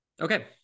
Okay